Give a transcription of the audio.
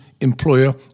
employer